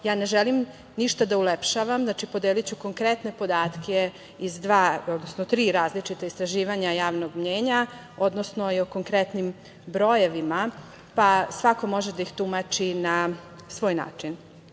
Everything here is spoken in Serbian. Ja ne želim ništa da ulepšavam. Znači, podeliću konkretne podatke iz dva, odnosno tri različita istraživanja javnog mnjenja, odnosno i o konkretnim brojevima, pa svako može da ih tumači na svoj način. Jedno